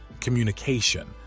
communication